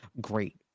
great